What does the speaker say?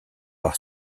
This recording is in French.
par